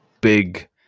big